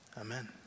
Amen